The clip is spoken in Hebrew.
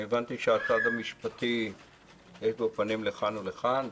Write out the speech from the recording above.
הבנתי שלצד המשפטי יש פנים לכאן או לכאן.